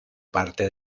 parte